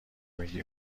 میگی